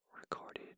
recorded